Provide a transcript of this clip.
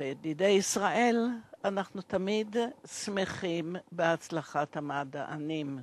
וכידידי ישראל, אנחנו תמיד שמחים בהצלחת המדענים.